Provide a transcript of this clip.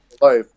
Life